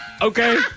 Okay